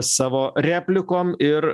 savo replikom ir